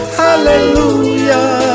hallelujah